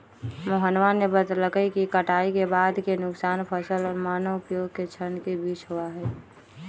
मोहनवा ने बतल कई कि कटाई के बाद के नुकसान फसल और मानव उपभोग के क्षण के बीच होबा हई